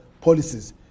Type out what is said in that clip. policies